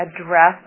Address